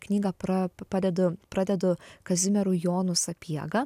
knygą pra padedu pradedu kazimieru jonu sapiega